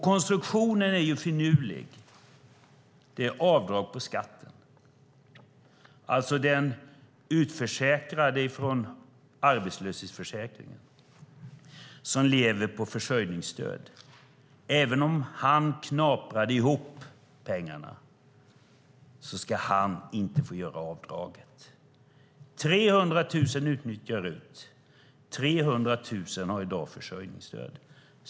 Konstruktionen är finurlig - avdrag på skatten. Den utförsäkrade från arbetslöshetsförsäkringen, som lever på försörjningsstöd, ska inte, även om han knaprade ihop pengarna, få göra avdraget. 300 000 utnyttjar RUT. 300 000 har i dag försörjningsstöd.